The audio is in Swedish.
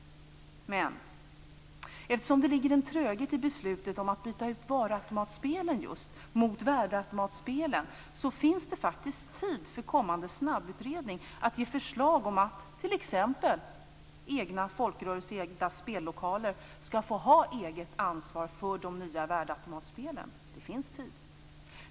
Men eftersom det finns en tröghet i beslutet om att byta ut just varuautomatspelen mot värdeautomatspelen, finns det faktiskt tid för kommande snabbutredning att ge förslag om att t.ex. folkrörelseägda spellokaler skall få ha eget ansvar för de nya värdeautomatspelen. Det finns tid.